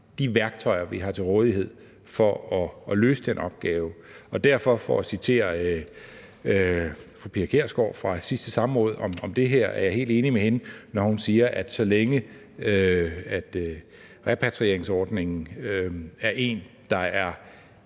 de værktøjer, vi har til rådighed for at løse den opgave. Jeg vil citere fru Pia Kjærsgaard fra sidste samråd om det her, og jeg er helt enig med hende, når hun siger, at så længe repatrieringsordningen er en